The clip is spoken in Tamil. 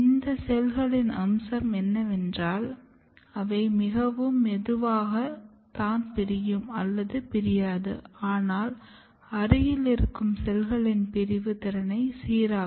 இந்த செல்களின் அம்சம் என்னவென்றால் அவை மிகவும் மெதுவாக தான் பிரியும் அல்லது பிரியாது ஆனால் அருகில் இருக்கும் செல்களின் பிரிவு திறனை சீராக்கும்